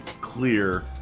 clear